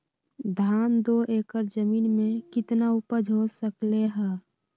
धान दो एकर जमीन में कितना उपज हो सकलेय ह?